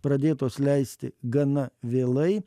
pradėtos leisti gana vėlai